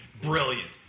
brilliant